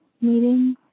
meeting